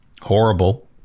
Horrible